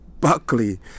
Buckley